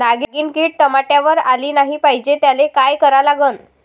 नागिन किड टमाट्यावर आली नाही पाहिजे त्याले काय करा लागन?